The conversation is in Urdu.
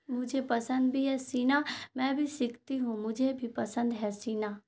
مجھے پسند بھی ہے سینا میں بھی سیکھتی ہوں مجھے بھی پسند ہے سینا